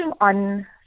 on